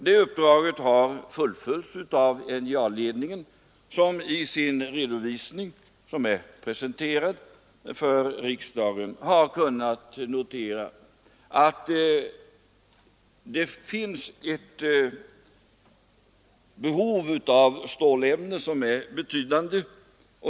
Det uppdraget har fullföljts av NJA-ledningen, som i sin redovisning, vilken är presenterad för riksdagen, har kunnat notera att det finns ett betydande behov av stålämnen.